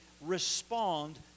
respond